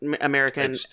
American